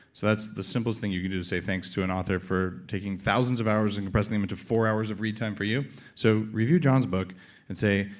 so that's the simplest thing you can do to say thanks to an author for taking thousands of hours and compressing them into four hours of read time for you so review john's book and say,